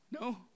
No